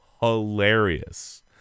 hilarious